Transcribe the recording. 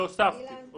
הוספתי את זה.